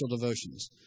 devotions